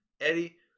Eddie